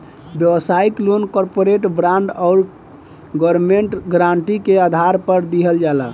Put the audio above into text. व्यापारिक loan corporate bond आउर government guarantee के आधार पर दिहल जाला